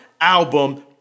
album